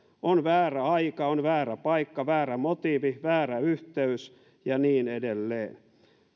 on väärä aika on väärä paikka väärä motiivi väärä yhteys ja niin edelleen